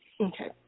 Okay